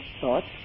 thoughts